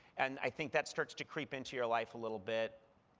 and i think that starts to creep into your life a little bit.